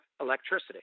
electricity